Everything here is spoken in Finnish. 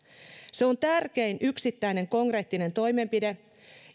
on tärkein yksittäinen konkreettinen toimenpide